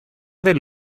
del